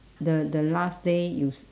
the the last day you s~